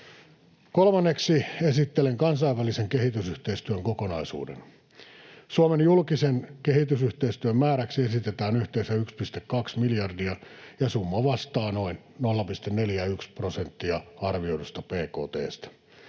Kolmanneksi esittelen kansainvälisen kehitysyhteistyön kokonaisuuden. Suomen julkisen kehitysyhteistyön määräksi esitetään yhteensä 1,2 miljardia, ja summa vastaa noin 0,41:tä prosenttia arvioidusta